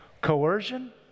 coercion